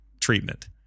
treatment